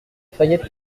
fayette